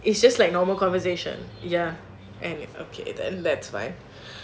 it's just like normal conversation ya and okay that's fine